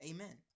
Amen